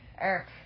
Eric